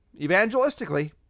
evangelistically